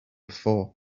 before